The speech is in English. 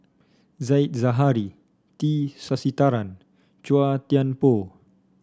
Said Zahari T Sasitharan Chua Thian Poh